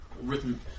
written